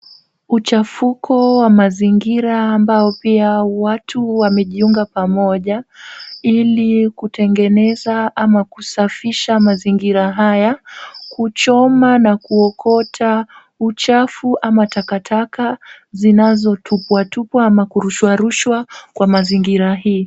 Uchafuko wa mazingira ambao watu wamejifunga pamoja ilikutengeneza au kusafisha mazingira haya. Kuchoma na kuokota uchafu ama takataka zinazo tupwatupwa ama kurushwarushwa kwa mazingira hii.